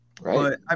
Right